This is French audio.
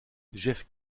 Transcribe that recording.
jeff